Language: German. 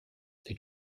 den